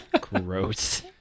Gross